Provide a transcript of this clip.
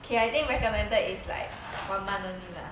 K I think recommended is like one month only lah